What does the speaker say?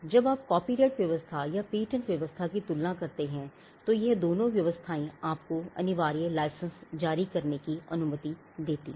जब आप कॉपीराइट व्यवस्था या पेटेंट व्यवस्था की तुलना करते हैं यह दोनों व्यवस्थाएं आपको अनिवार्य लाइसेंस जारी करने की अनुमति देती हैं